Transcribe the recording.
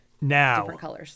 Now